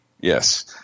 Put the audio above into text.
Yes